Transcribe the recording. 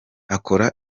akora